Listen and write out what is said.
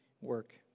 work